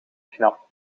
knap